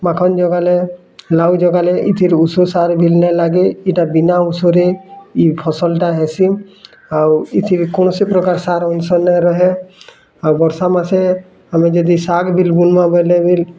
ମାଖନ ଜଗାଲେ ଲାଉ ଜଗାଲେ ଇ ଥିରେ ଔଷଧ ସାର ବି ନାଇ ଲାଗେ ଏଟା ବିନା ଔଷଧରେ ଇ ଫସଲ ଟା ହେସି ଆଉ ଏଥିର କୌଣସି ପ୍ରକାର ସାର ଅଂଶ ନାଇଁ ରହେ ଆଉ ବର୍ଷା ମାସେ ଆମେ ଯଦି ସାଗ୍ ବିଲ୍ ବୁନ୍ବା ବୋଲେ ବି